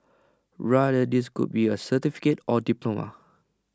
rather this could be A certificate or diploma